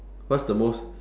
what's the most